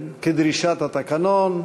כדרישת התקנון.